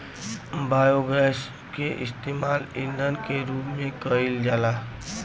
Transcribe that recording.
biogas के इस्तेमाल ईधन के रूप में कईल जाला